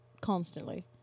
constantly